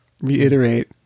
reiterate